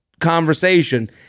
conversation